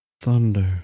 thunder